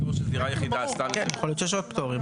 דירה יחידה --- יכול להיות שיש עוד פטורים,